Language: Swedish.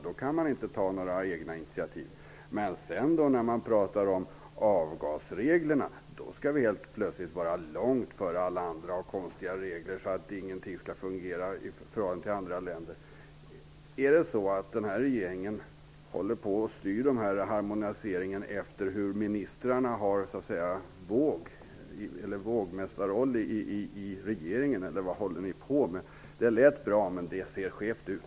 Då kan man inte ta några egna initiativ. Men när det gäller avgasreglerna skall vi helt plötsligt vara långt före alla andra och ha konstiga regler, så att ingenting fungerar i förhållande till andra länder. Styr den här regeringen harmoniseringen efter ministrarnas vågmästarroll i regeringen, eller vad håller ni på med? Det lät bra, men det ser skevt ut.